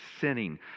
sinning